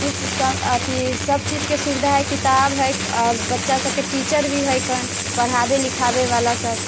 कुछ अथी सभचीजके सुविधा हइ किताब हइ आओर बच्चासभके टीचर भी हैकन पढ़ाबय लिखाबयवला सभ